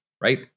right